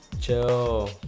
Chill